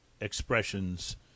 expressions